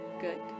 good